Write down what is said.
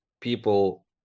people